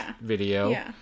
video